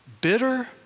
bitter